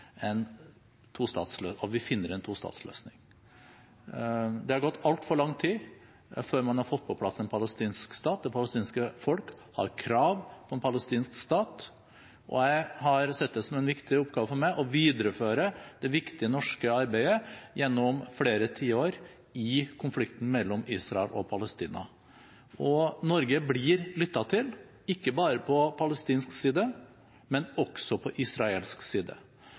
har gått altfor lang tid før man har fått på plass en palestinsk stat. Det palestinske folk har krav på en palestinsk stat, og jeg har sett det som en viktig oppgave for meg å videreføre det viktige norske arbeidet gjennom flere tiår i konflikten mellom Israel og Palestina. Norge blir lyttet til, ikke bare på palestinsk side, men også på israelsk side.